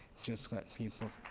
just so people.